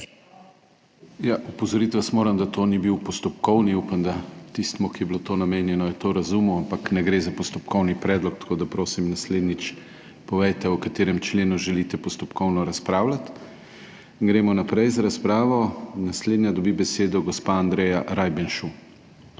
opozoriti vas moram, da to ni bil postopkovni, upam, da tistemu, ki je bilo to namenjeno je to razumel, ampak ne gre za postopkovni predlog, tako da prosim naslednjič povejte o katerem členu želite postopkovno razpravljati. Gremo naprej z razpravo. Naslednja dobi besedo gospa Andreja Rajbenšu.